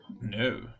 No